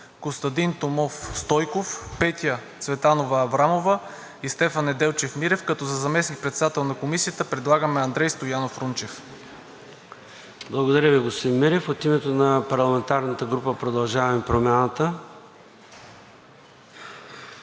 Костадин Томов Стойков, Петя Цветанова Аврамова и Стефан Неделчев Мирев, като за заместник-председател на Комисията предлагаме Андрей Стоянов Рунчев. ПРЕДСЕДАТЕЛ ЙОРДАН ЦОНЕВ: Благодаря Ви, господин Мирев. От името на парламентарната група „Продължаваме Промяната“?